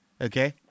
Okay